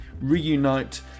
reunite